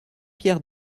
pierre